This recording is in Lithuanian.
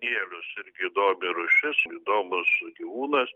danielius irgi įdomi rūšis įdomus gyvūnas